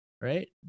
right